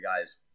guys